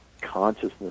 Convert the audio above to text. consciousness